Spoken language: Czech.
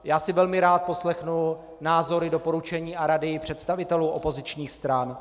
Já si velmi rád poslechnu názory, doporučení a rady představitelů opozičních stran.